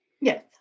Yes